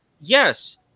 yes